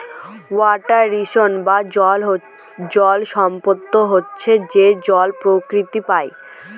water resource বা জল সম্পদ হচ্ছে যে জল প্রকৃতিতে পাই